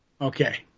Okay